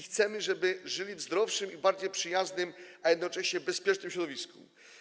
Chcemy, żeby żyli w zdrowszym i bardziej przyjaznym, a jednocześnie bezpiecznym środowisku.